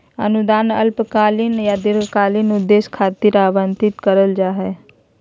अनुदान अल्पकालिक या दीर्घकालिक उद्देश्य खातिर आवंतित करल जा हय